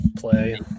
play